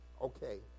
okay